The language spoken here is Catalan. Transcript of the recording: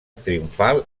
triomfal